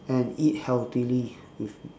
and eat healthily with me